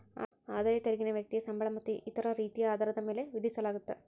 ಆದಾಯ ತೆರಿಗೆನ ವ್ಯಕ್ತಿಯ ಸಂಬಳ ಮತ್ತ ಇತರ ರೇತಿಯ ಆದಾಯದ ಮ್ಯಾಲೆ ವಿಧಿಸಲಾಗತ್ತ